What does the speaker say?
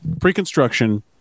pre-construction